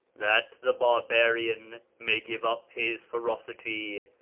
that the barbar ian may give up his ferocity,